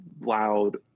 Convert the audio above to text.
loud